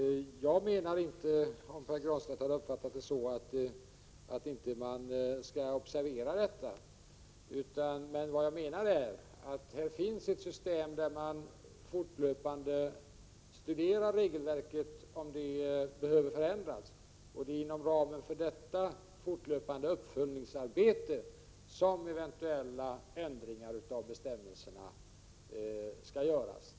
Jag menar inte, om Pär Granstedt hade uppfattat det så, att man inte skall observera detta. Vad jag menar är att här finns ett system där man fortlöpande studerar om regelverket behöver förändras, och det är inom ramen för detta fortlöpande uppföljningsarbete som eventuella ändringar av bestämmelserna skall göras.